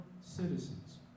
citizens